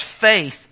faith